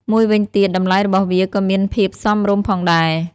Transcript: មួយវិញទៀតតម្លៃរបស់វាក៏មានភាពសមរម្យផងដែរ។